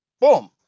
boom